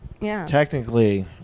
Technically